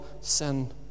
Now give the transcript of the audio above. sin